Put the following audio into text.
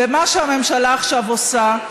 ומה שהממשלה עכשיו עושה,